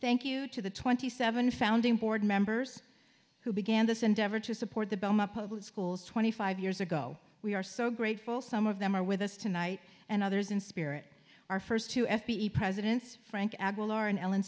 thank you to the twenty seven founding board members who began this endeavor to support the public schools twenty five years ago we are so grateful some of them are with us tonight and others in spirit our first two f b i presidents frank aguilar and ellen